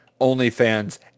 OnlyFans